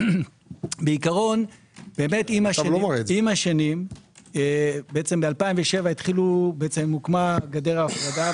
בעיקרון עם השנים ב-2007 הוקמה גדר ההפרדה,